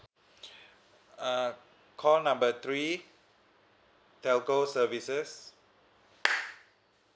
uh call number three telco services